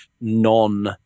non